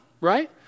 right